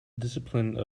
discipline